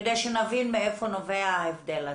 כדי שנבין מאיפה נובע ההבדל הזה.